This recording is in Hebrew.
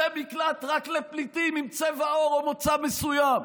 זה מקלט רק לפליטים עם צבע עור או מוצא מסוים.